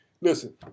Listen